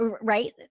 right